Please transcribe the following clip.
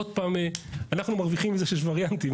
אנחנו מרוויחים מזה שיש וריאנטים.